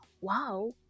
wow